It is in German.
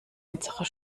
unserer